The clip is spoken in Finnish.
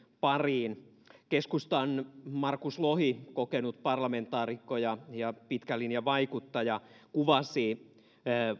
pariin keskustan markus lohi kokenut parlamentaarikko ja pitkän linjan vaikuttaja kuvasi